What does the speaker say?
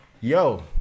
Yo